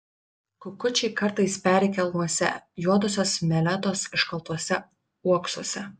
kukučiai kartais peri kelmuose juodosios meletos iškaltuose uoksuose